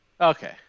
Okay